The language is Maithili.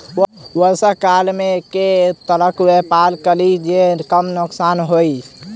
वर्षा काल मे केँ तरहक व्यापार करि जे कम नुकसान होइ?